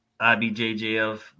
IBJJF